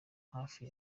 hafi